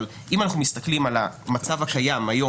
אבל אם אנחנו מסתכלים על המצב הקיים היום,